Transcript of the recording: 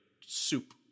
soup